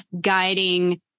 guiding